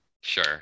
Sure